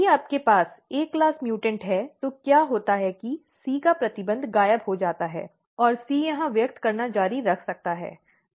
यदि आपके पास ए श्रेणी म्यूटॅन्ट है तो क्या होता है कि C का प्रतिबंध गायब हो जाता है और C यहां व्यक्त करना जारी रख सकता है